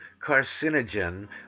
carcinogen